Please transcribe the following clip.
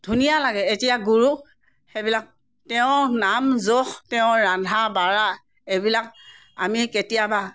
ধুনীয়া লাগে এতিয়া গুৰুও সেইবিলাক তেওঁ নাম যশ তেওঁ ৰন্ধা বঢ়া এইবিলাক আমি কেতিয়াবা